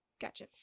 gotcha